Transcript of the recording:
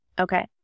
Okay